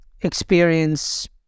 experience